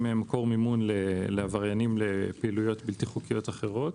מקור מימון לעבריינים לפעילויות בלתי חוקיות אחרות.